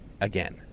again